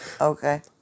Okay